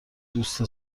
دوست